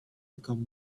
become